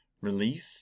relief